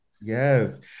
Yes